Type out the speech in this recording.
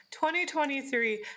2023